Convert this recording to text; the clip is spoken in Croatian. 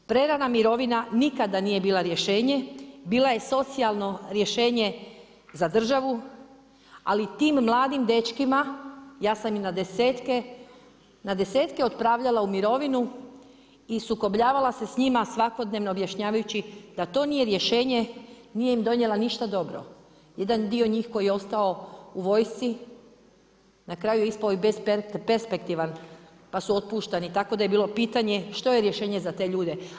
Prerana mirovina nikada nije bila rješenje, bila je socijalno rješenje za državu ali tim mladim dečkima, ja sam ih na desetke otpravljala u mirovinu i sukobljavala se s njima svakodnevno objašnjavajući da to nije rješenje, nije im donijela ništa dobro. jedan dio njih koji je ostao u vojsci na kraju je ispao i besperspektivan pa su otpuštani tako da je bilo pitanje što je rješenje za te ljude.